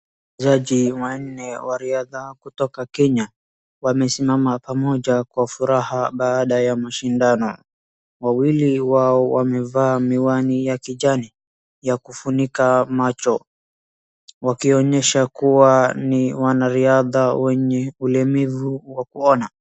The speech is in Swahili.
Wachezaji wanne wa ridhaa kutoka Kenya. Wamesimama pamoja kwa furaha baada ya mashindano. Wawili wao wamevaa miwani ya kijani ya kufunika macho wakionyesha kuwa ni wanariadha wenye ulemavu wa gwana.